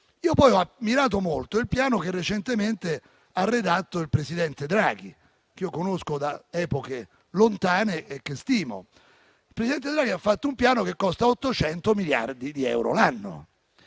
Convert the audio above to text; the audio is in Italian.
Inoltre ho ammirato molto il piano che recentemente ha redatto il presidente Draghi, che conosco da epoche lontane e che stimo. Il presidente Draghi ha ideato un piano che costa 800 miliardi di euro l'anno.